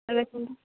ଏଇଟା ଦେଖନ୍ତୁ